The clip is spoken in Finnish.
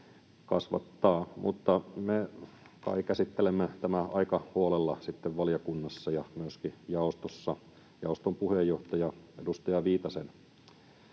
kasvattaa. Mutta me kai käsittelemme tämän aika huolella sitten valiokunnassa ja myöskin jaostossa jaoston puheenjohtajan, edustaja Viitasen,